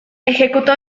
ejecutó